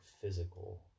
physical